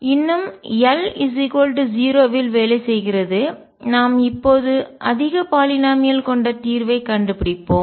இன்னும் l 0 இல் வேலை செய்கிறது நாம் இப்போது அதிக பாலிநாமியல் கொண்ட தீர்வைக் கண்டுபிடிப்போம்